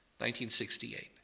1968